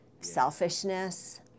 selfishness